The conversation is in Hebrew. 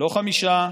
לא חמישה.